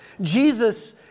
Jesus